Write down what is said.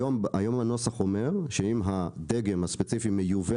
היום הנוסח אומר שאם הדגם הספציפי מיובא